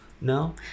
no